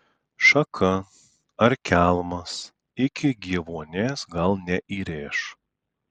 šaka ar kelmas iki gyvuonies gal neįrėš